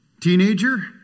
teenager